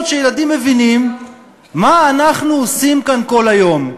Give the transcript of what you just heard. שילדים מבינים מה אנחנו עושים כאן כל היום.